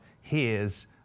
hears